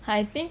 I think